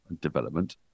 development